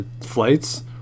flights